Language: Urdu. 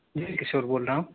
جی کشور بول رہا ہوں